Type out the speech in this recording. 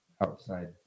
outside